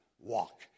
walk